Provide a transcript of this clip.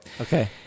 Okay